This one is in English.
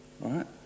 right